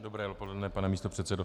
Dobré dopoledne, pane místopředsedo.